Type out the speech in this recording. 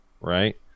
right